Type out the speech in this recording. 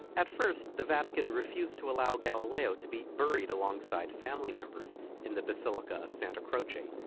at first the vatican refused to allow galileo to be buried alongside family members in the basilica of santa croce,